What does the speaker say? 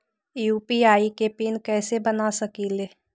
UPI के pin कैसे बना सकीले?